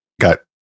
got